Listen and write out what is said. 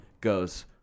goes